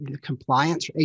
compliance